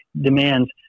demands